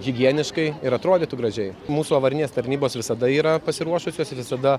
higieniškai ir atrodytų gražiai mūsų avarinės tarnybos visada yra pasiruošusios visada